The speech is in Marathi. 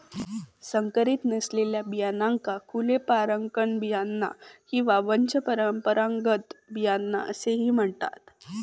संकरीत नसलेल्या बियाण्यांका खुले परागकण बियाणा किंवा वंशपरंपरागत बियाणा असाही म्हणतत